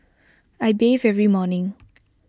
I bathe every morning